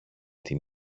την